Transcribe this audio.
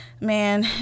Man